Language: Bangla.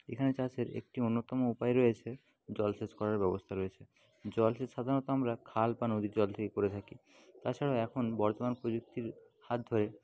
এখানে চাষের একটি অন্যতম উপায় রয়েছে জলসেচ করার ব্যবস্থা রয়েছে জলসেচ সাধারণত আমরা খাল বা নদীর জল থেকে করে থাকি তাছাড়া এখন বর্তমান প্রযুক্তির হাত ধরে